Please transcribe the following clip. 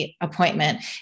appointment